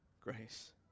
grace